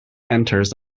enters